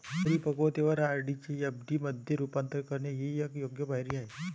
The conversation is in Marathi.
परिपक्वतेवर आर.डी चे एफ.डी मध्ये रूपांतर करणे ही एक योग्य पायरी आहे